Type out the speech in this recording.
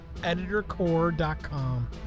EditorCore.com